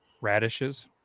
Radishes